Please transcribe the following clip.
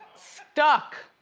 stuck.